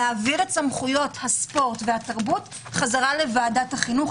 להעביר את סמכויות הספורט והתרבות חזרה לוועדת החינוך,